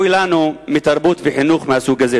אוי לנו מתרבות וחינוך מהסוג הזה.